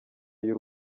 y’u